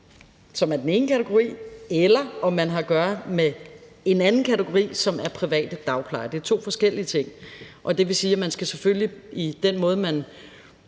som er den ene kategori, eller om man havde at gøre med en anden kategori, som er private dagplejere – det er to forskellige ting. Det vil sige, at man selvfølgelig i den måde, man